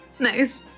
nice